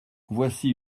voici